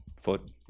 foot